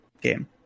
game